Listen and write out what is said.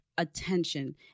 Attention